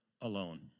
alone